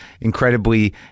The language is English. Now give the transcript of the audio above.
incredibly